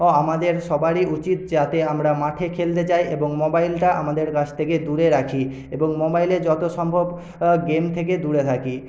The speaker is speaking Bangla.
আমাদের সবারই উচিত যাতে আমরা মাঠে খেলতে যাই এবং মোবাইলটা আমাদের কাছ থেকে দূরে রাখি এবং মোবাইলে যত সম্ভব গেম থেকে দূরে থাকি